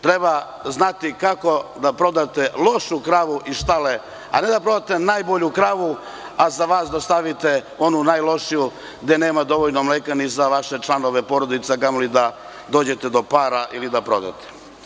Treba znati kako da prodate lošu kravu iz štale, a ne da prodate najbolju kravu, a za vas da ostavite onu najlošiju gde nema dovoljno mleka ni za vaše članove porodice, a kamoli da dođete do para ili da prodate.